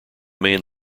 main